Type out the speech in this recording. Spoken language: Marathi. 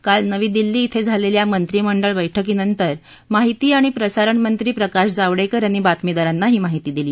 काल नवी दिल्ली बे झालेल्या मंत्रीमंडळ बैठकीनंतर महिती आणि प्रसारण मंत्री प्रकाश जावडेकर यांनी बातमीदारांना ही माहिती दिली